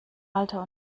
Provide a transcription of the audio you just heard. alter